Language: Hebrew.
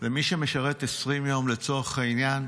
שמי שמשרת 20 יום, לצורך העניין,